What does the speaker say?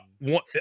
one